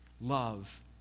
love